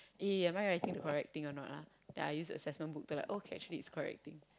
eh am I writing correct thing or not ah then I use assessment book to like oh it's actually correct thing